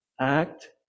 act